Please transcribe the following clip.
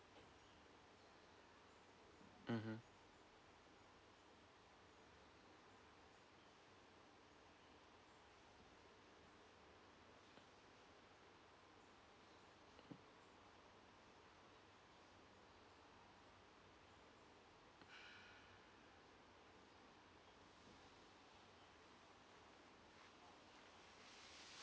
mmhmm